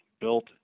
built